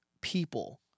people